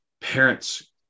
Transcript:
parents